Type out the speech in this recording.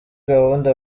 gahunda